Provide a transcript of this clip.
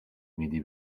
میدی